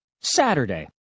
Saturday